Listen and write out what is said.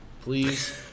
please